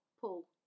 paul